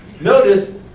Notice